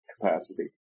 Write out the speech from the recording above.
capacity